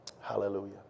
Hallelujah